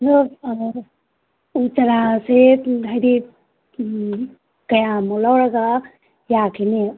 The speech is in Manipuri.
ꯑꯗꯨ ꯎ ꯆꯥꯔꯥꯁꯦ ꯍꯥꯏꯗꯤ ꯀꯌꯥꯃꯨꯛ ꯂꯧꯔꯒ ꯌꯥꯈꯤꯅꯤ